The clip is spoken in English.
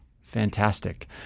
Fantastic